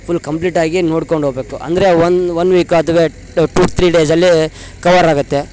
full complete ಆಗಿ ನೋಡ್ಕೊಂಡು ಹೋಗಬೇಕು ಅಂದರೆ ಒನ್ ಒನ್ ವೀಕ್ ಅದು ಟೂ ತ್ರೀ ಡೇಸಲ್ಲಿ ಕವರ್ ಆಗುತ್ತೆ